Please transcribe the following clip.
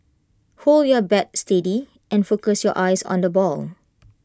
hold your bat steady and focus your eyes on the ball